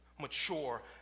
mature